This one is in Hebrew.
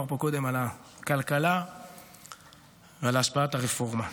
פה קודם על הכלכלה ועל השפעת הרפורמה.